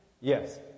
Yes